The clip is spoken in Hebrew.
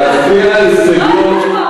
לא הייתם פה.